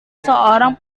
seorang